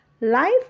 Life